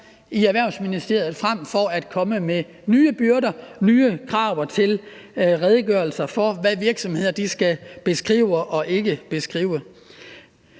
i Erhvervsministeriet i stedet for at komme med nye byrder og nye krav til redegørelser for, hvad virksomhederne skal beskrive og ikke beskrive.